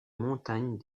montagnes